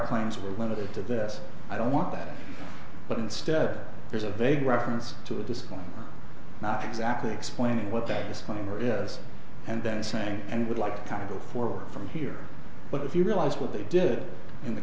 lines were limited to this i don't want that but instead there's a vague reference to a discussion not exactly explaining what that disclaimer is and then saying and would like to kind of before from here but if you realize what they did in the